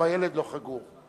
גם הילד לא חגור,